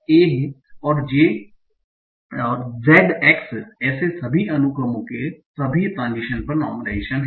और Z x ऐसे सभी अनुक्रमों के सभी ट्रांसिशन पर नार्मलाइजेशन है